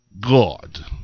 God